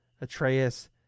Atreus